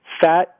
Fat